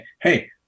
hey